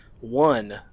one